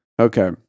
Okay